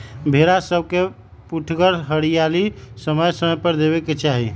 भेड़ा सभके पुठगर हरियरी समय समय पर देबेके चाहि